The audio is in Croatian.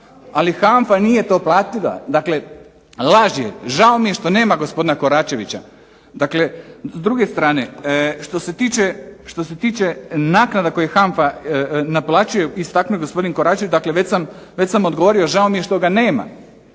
Ali HANFA nije to platila. Dakle, laž je žao mi je što nema gospodina Koračevića. Dakle, s druge strane što se tiče naknada koje HANFA naplaćuje, istaknuo je gospodin Koračević, dakle već sam odgovorio, žao mi je što ga nema,